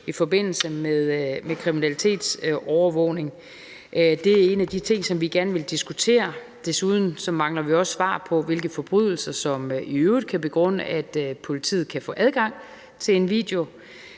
i forbindelse med kriminalitetsovervågning. Det er en af de ting, som vi gerne vil diskutere. Desuden mangler vi også svar på, hvilke forbrydelser der i øvrigt kan begrunde, at politiet kan få adgang til en video,